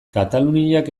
kataluniak